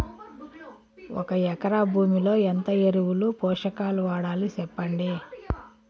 ఒక ఎకరా భూమిలో ఎంత ఎరువులు, పోషకాలు వాడాలి సెప్పండి?